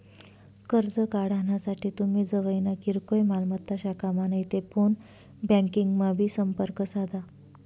कर्ज काढानासाठे तुमी जवयना किरकोय मालमत्ता शाखामा नैते फोन ब्यांकिंगमा संपर्क साधा